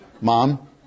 Mom